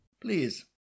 Please